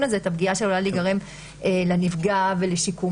הזה את הפגיעה שעלולה להיגרם לנפגע ולשיקומו.